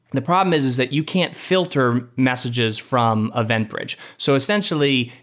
the problem is is that you can't fi lter messages from eventbridge. so essentially,